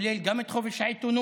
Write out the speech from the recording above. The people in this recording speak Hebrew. הכולל גם את חופש העיתונות,